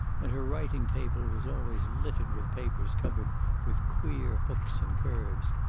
and her writing-table was always littered with papers covered with queer hooks and curves,